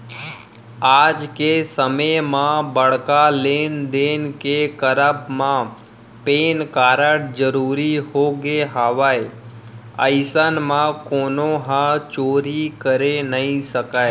आज के समे म बड़का लेन देन के करब म पेन कारड जरुरी होगे हवय अइसन म कोनो ह चोरी करे नइ सकय